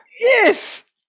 Yes